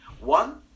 One